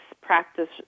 practice